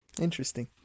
Interesting